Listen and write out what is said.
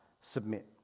submit